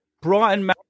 Brighton